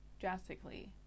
drastically